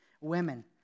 women